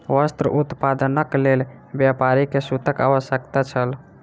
वस्त्र उत्पादनक लेल व्यापारी के सूतक आवश्यकता छल